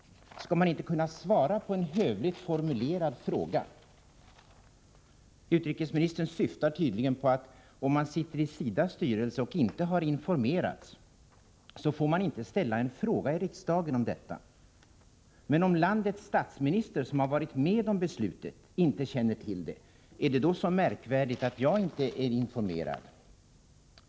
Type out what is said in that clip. Skall man inte 21 kunna svara på en hövligt formulerad fråga? Utrikesministern menar tydligen att om man sitter i SIDA:s styrelse och inte har informerats, så får man inte ställa en fråga i riksdagen om detta. Men när landets statsminister, som står bakom beslutet, inte känner till det, är det då så märkvärdigt att jag inte är informerad?